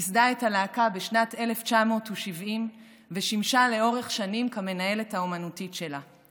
ייסדה את הלהקה בשנת 1970 ושימשה לאורך שנים כמנהלת האומנותית שלה.